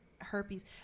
herpes